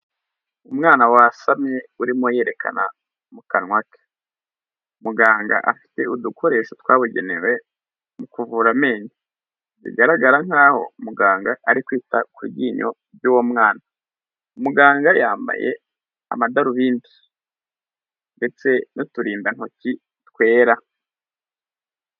Umwana wasamye urimo yerekana mu kanwa ke. Muganga afite udukoresho twabugenewe mu kuvura amenyo. Bigaragara nk'aho muganga ari kwita ku ryinyo ry'uwo mwana. Muganga yambaye amadarubindi ndetse n'uturindantoki twera.